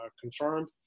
confirmed